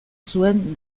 zuen